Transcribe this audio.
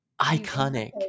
iconic